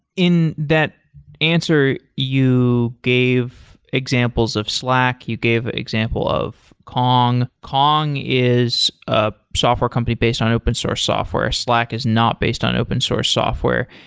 in that answer, you gave examples of slack, you gave example of kong. kong is a software company based on open source software. slack is not based on open source software,